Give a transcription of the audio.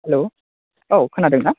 हेल' औ खोनादों ना